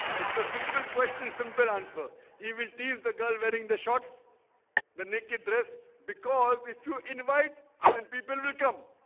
it's a simple question simple answer he will tease the girl wearing the shots the naked dress because if you invite then people will come